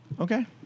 Okay